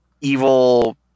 evil